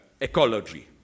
ecology